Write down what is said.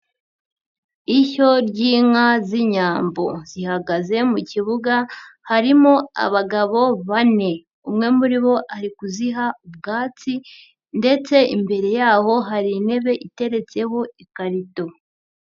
Ishyo ry'inka z'inyambo, zihagaze mu kibuga harimo abagabo bane, umwe muri bo ari kuziha ubwatsi ndetse imbere yaho hari intebe iteretseho ikarito.